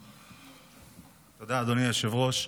תודה, אדוני היושב-ראש.